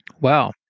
Wow